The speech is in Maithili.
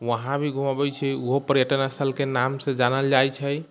वहाँ भी घूमबै छियै ओहो पर्यटन स्थलके नामसँ जानल जाइ छै